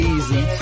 Easy